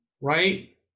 right